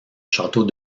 château